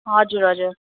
हजुर हजुर